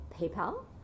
PayPal